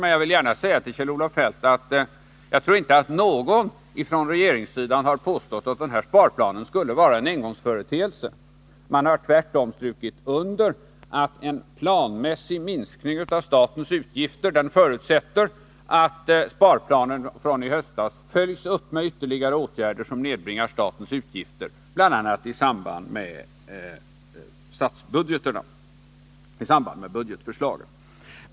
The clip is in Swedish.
Men jag vill gärna säga till Kjell-Olof Feldt att jag inte tror att någon från regeringssidan har påstått att den här sparplanen skulle vara en engångsföreteelse. Man har tvärtom strukit under att en planmässig minskning av statens utgifter förutsätter att sparplanen från i höstas följs upp med ytterligare åtgärder som nedbringar statens utgifter, bl.a. i samband med budgetförslaget.